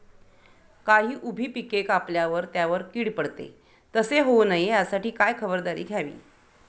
काही उभी पिके कापल्यावर त्यावर कीड पडते, तसे होऊ नये यासाठी काय खबरदारी घ्यावी?